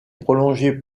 prolongée